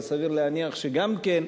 אבל סביר להניח שגם כן,